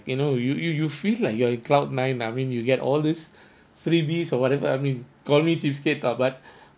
you know you you you feel like you are in cloud nine I mean you get all these freebies or whatever I mean call me cheapskate lah but